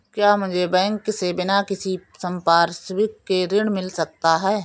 क्या मुझे बैंक से बिना किसी संपार्श्विक के ऋण मिल सकता है?